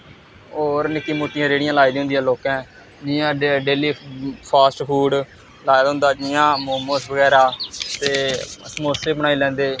होर निक्की मोटी रेह्ड़ियां लाई दियां होंदियां लोके जियां डेली फास्टफूड लाए दा होंदा जियां मोमस बगैरा ते समोसे बनाई लैंदे